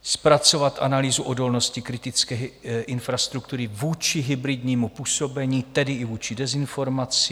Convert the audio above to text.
Zpracovat analýzu odolnosti kritické infrastruktury vůči hybridnímu působení, tedy i vůči dezinformacím.